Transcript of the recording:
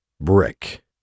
brick